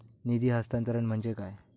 निधी हस्तांतरण म्हणजे काय?